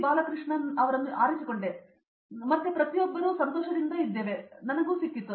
ಬಾಲಕೃಷ್ಣನ್ ರನ್ನು ಆರಿಸಿಕೊಂಡೆ ಮತ್ತು ಪ್ರತಿಯೊಬ್ಬರೂ ಸಂತೋಷದಿಂದ ಇದ್ದೇವೆ ಮತ್ತು ನನಗೆ ಸಿಕ್ಕಿತು